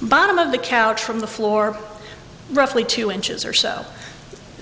bottom of the couch from the floor roughly two inches or so